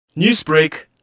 Newsbreak